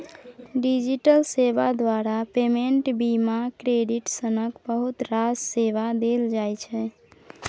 digital सेबा द्वारा payment, बीमा, क्रेडिट सनक बहुत रास सेबा देल जाइ छै